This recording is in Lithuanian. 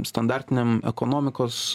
standartinėm ekonomikos